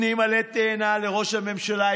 נותנים עלה תאנה לראש הממשלה.